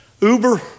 Uber